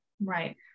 right